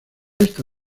esta